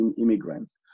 immigrants